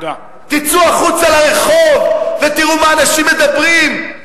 תצאו החוצה לרחוב ותראו מה אנשים מדברים.